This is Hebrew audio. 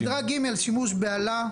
מדרג ג' שימוש באלה,